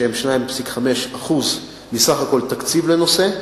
שהם 2.5% מסך כל התקציב לנושא,